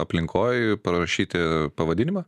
aplinkoj parašyti pavadinimą